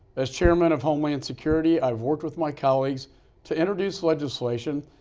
as chairman of homeland security, i've worked with my colleagues to introduce legislation,